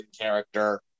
character